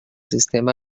sistema